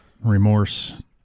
Remorse